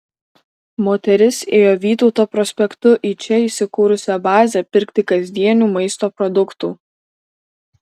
moteris ėjo vytauto prospektu į čia įsikūrusią bazę pirkti kasdienių maisto produktų